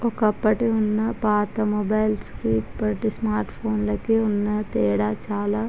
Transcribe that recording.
ఒకప్పటి ఉన్న పాత మొబైల్స్కి ఇప్పటి స్మార్ట్ ఫోన్లకి ఉన్న తేడా చాలా